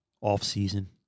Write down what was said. off-season